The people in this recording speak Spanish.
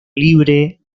libre